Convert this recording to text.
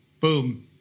boom